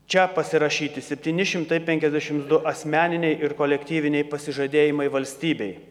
čia pasirašyti septyni šimtai penkiasdešim du asmeniniai ir kolektyviniai pasižadėjimai valstybei